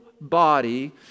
body